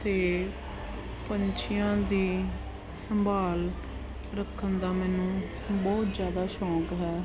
ਅਤੇ ਪੰਛੀਆਂ ਦੀ ਸੰਭਾਲ ਰੱਖਣ ਦਾ ਮੈਨੂੰ ਬਹੁਤ ਜ਼ਿਆਦਾ ਸ਼ੌਕ ਹੈ